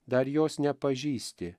dar jos nepažįsti